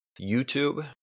YouTube